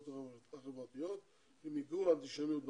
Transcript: החברתיות למיגור האנטישמיות ברשת.